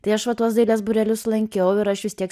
tai aš va tuos dailės būrelius lankiau ir aš vis tiek